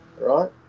right